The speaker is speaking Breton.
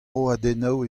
roadennoù